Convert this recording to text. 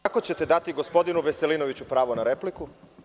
Kako ćete dati gospodinu Veselinoviću pravo na repliku?